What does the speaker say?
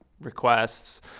requests